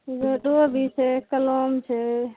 मेटहो भी छै कलम छै